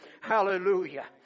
Hallelujah